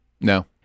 No